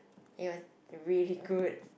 it was really good